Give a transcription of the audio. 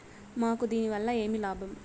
మాకు దీనివల్ల ఏమి లాభం